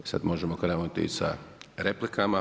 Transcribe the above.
Sad možemo krenuti sa replikama.